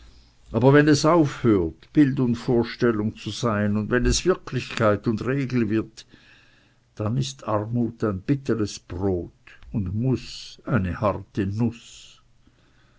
aber wenn es aufhört bild und vorstellung zu sein und wenn es wirklichkeit und regel wird dann ist armut ein bitteres brot und muß eine harte nuß